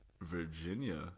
Virginia